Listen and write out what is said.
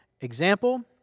example